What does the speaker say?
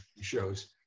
shows